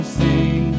sing